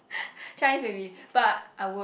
Chinese maybe but I would